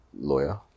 lawyer